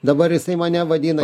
dabar jisai mane vadina